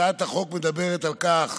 הצעת החוק מדברת על כך